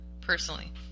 personally